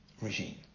regime